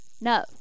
No